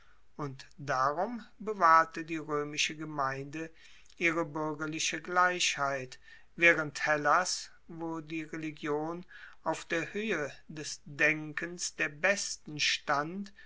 und darum bewahrte die roemische gemeinde ihre buergerliche gleichheit waehrend hellas wo die religion auf der hoehe des denkens der besten stand